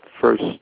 first